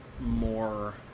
more